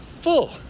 full